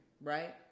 right